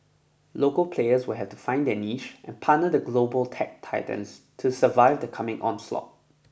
local players will have to find their niche and partner the global tech titans to survive the coming onslaught